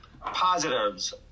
positives